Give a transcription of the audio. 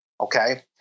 Okay